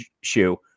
shoe